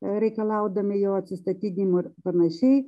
reikalaudami jo atsistatydinimo ir panašiai